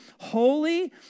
holy